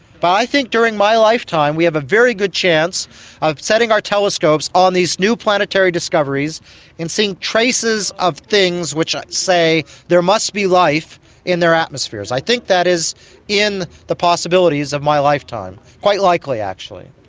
but i think during my lifetime we have a very good chance of setting our telescopes on these new planetary discoveries and seeing traces of things which say there must be life in their atmospheres. i think that is in the possibilities of my lifetime, quite likely actually.